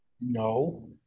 No